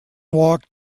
walk